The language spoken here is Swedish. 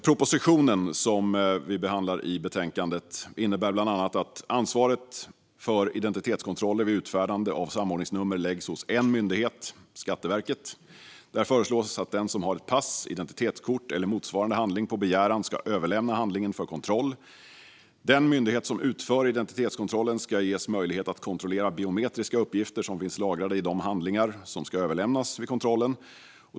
Propositionen som vi behandlar i betänkandet innebär bland annat att ansvaret för identitetskontroller vid utfärdande av samordningsnummer läggs hos en myndighet, Skatteverket. Där föreslås att den som har ett pass, identitetskort eller en motsvarande handling på begäran ska överlämna handlingen för kontroll. Den myndighet som utför identitetskontrollen ska ges möjlighet att kontrollera biometriska uppgifter som finns lagrade i de handlingar som ska överlämnas vid kontrollen.